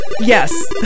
Yes